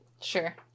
Sure